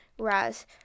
Whereas